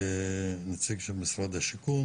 נציג של משרד השיכון